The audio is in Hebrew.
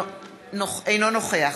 אינו נוכח